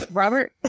robert